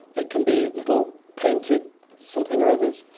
it can be little painted something or others.